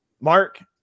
Mark